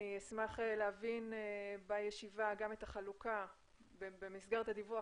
אני אשמח להבין בישיבה במסגרת הדיווח